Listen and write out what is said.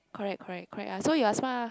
correct correct correct ah so you are smart lah